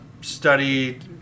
studied